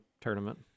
tournament